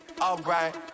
Alright